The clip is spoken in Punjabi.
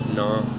ਨਾ